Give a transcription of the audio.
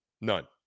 None